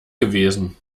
gewesen